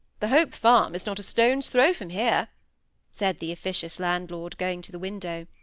the hope farm is not a stone's throw from here said the officious landlord, going to the window.